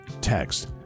text